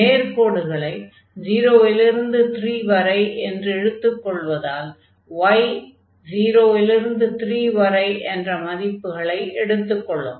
நேர்க்கோடுகளை 0 லிருந்து 3 வரை என்று எடுத்துக் கொள்வதால் y 0 லிருந்து 3 வரை என்ற மதிப்புகளை எடுத்துக் கொள்ளும்